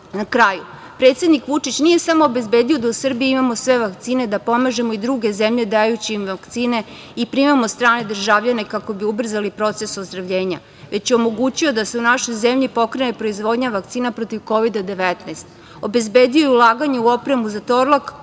kraju, predsednik Vučić nije samo obezbedio da u Srbiji imamo sve vakcine, da pomažemo i druge zemlje dajući im vakcine i primamo strane državljane kako bi ubrzali proces ozdravljenja, već je omogućio da se u našoj zemlji pokrene proizvodnja vakcina protiv Kovida 19, obezbedio je i ulaganje u opremu za Torlak